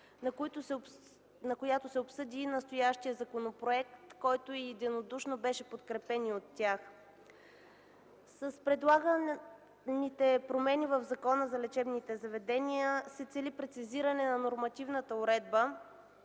на която се обсъди и настоящият законопроект, който единодушно беше подкрепен и от тях. С предлаганите промени в Закона за лечебните заведения се цели прецизиране на нормативната уредба,